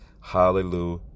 Hallelujah